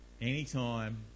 Anytime